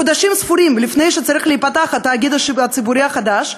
חודשים ספורים לפני שצריך להיפתח התאגיד הציבורי החדש,